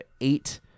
eight